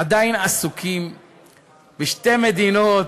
עדיין עסוקים בשתי מדינות